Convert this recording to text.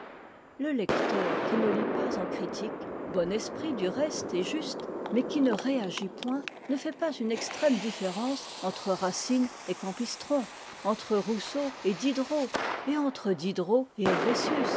le lecteur qui ne lit pas en critique bon esprit du reste et juste mais qui ne réagit point ne fait pas une extrême différence entre racine et campistron entre rousseau et diderot et entre diderot et